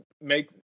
make